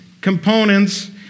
components